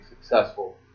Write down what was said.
successful